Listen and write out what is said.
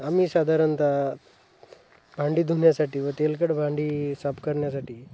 आम्ही साधारणतः भांडी धुण्यासाठी व तेलकट भांडी साफ करण्यासाठी